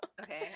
Okay